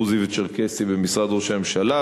הדרוזי והצ'רקסי במשרד ראש הממשלה,